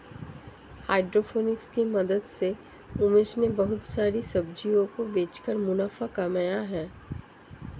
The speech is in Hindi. हाइड्रोपोनिक्स की मदद से उमेश ने बहुत सारी सब्जियों को बेचकर मुनाफा कमाया है